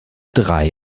drei